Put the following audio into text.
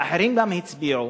ואחרים גם הצביעו.